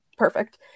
Perfect